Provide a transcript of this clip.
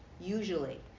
usually